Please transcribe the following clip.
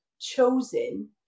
chosen